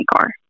car